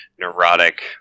neurotic